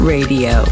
Radio